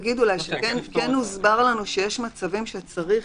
רק אגיד שכן הוסבר לנו שיש מצבים שצריך